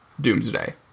doomsday